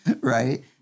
Right